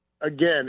again